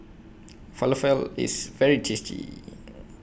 Falafel IS very tasty